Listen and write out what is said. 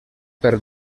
per